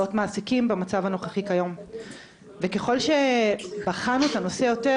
מעסיקים במצב הנוכחי כיום וככול שבחנו את הנושא יותר,